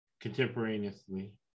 contemporaneously